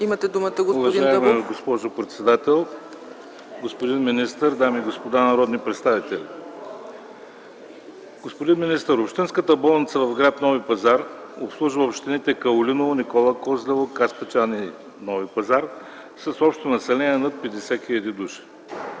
ДИМИТЪР ДЪБОВ (КБ): Уважаема госпожо председател, господин министър, дами и господа народни представители! Господин министър, общинската болница в гр. Нови пазар обслужва общините Каолиново, Никола Козлево, Каспичан и Нови пазар, с общо население над 50 хил. души.